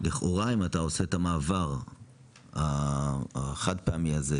לכאורה אם אתה עושה את המעבר החד פעמי הזה,